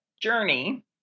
journey